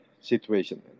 situation